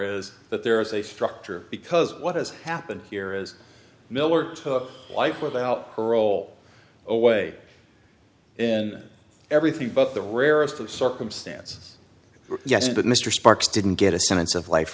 is that there is a structure because what has happened here is miller took life without parole away in everything but the rarest of circumstance yes but mr sparks didn't get a sentence of life